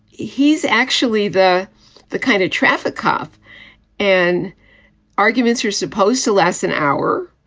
he's actually the the kind of traffic cop and arguments were supposed to last an hour.